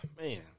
Man